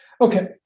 Okay